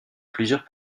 plusieurs